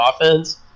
offense